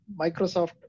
Microsoft